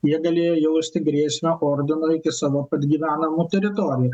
jie galėjo jausti grėsmę ordino iki savo gyvenamų teritorijų